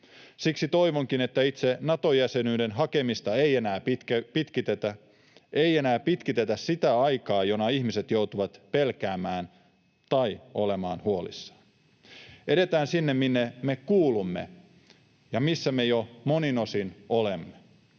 Siksi toivonkin, että itse Nato-jäsenyyden hakemista ei enää pitkitetä, ei enää pitkitetä sitä aikaa, jona ihmiset joutuvat pelkäämään tai olemaan huolissaan. Edetään sinne, minne me kuulumme ja missä me jo monin osin olemme,